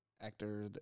actor